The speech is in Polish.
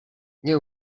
nie